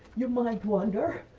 you might wonder.